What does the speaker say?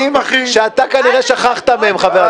שגרים בפריפריה ---- אתה יודע בדיוק על מה אתה מדבר.